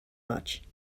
much